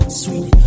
sweet